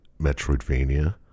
Metroidvania